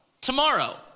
tomorrow